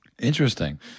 Interesting